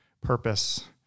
purpose